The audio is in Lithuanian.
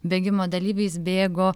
bėgimo dalyviais bėgo